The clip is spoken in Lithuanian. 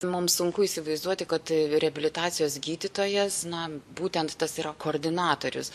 mum sunku įsivaizduoti kad reabilitacijos gydytojas na būtent tas yra koordinatorius